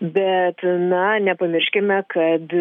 bet na nepamirškime kad